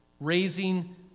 Raising